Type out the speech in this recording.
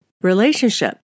relationship